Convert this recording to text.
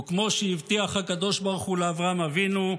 וכמו שהבטיח הקדוש ברוך הוא לאברהם אבינו,